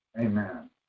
Amen